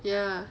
ya